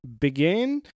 Begin